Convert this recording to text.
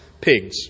pigs